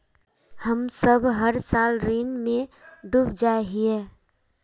हम सब हर साल ऋण में डूब जाए हीये?